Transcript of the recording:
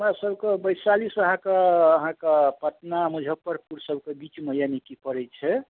हमरा सबके बैशाली सऽ अहाँके अहाँके पटना मुझप्परपुर सबके बीचमऽ यानिकि पड़ै छै